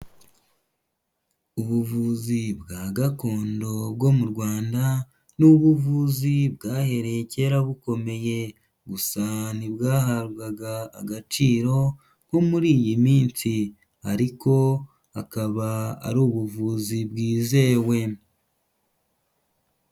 Ubuvuzi bwa gakondo bwo mu Rwanda ni ubuvuzi bwahereye kera bukomeye gusa ntibwahabwaga agaciro nko muri iyi minsi ariko akaba ari ubuvuzi bwizewe.